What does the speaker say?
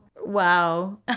Wow